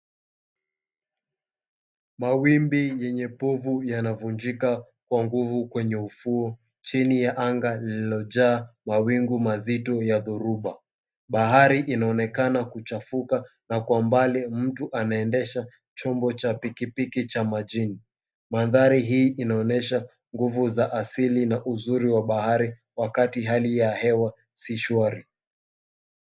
Mawimbi yenye povu yanavunjika kwa nguvu kwenye ufuo chini ya anga lililojaa kwa mawingu mazito ya dhoruba. Bahari inaonekana kuchafuka na kwa mbali mtu anaendesha chombo cha pikipiki cha majini. Mandhari hii inaonyesha nguvu za asili na uzuri wa bahari wakati hali ya hewa si shwari.